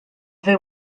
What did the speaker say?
fel